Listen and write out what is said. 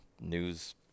news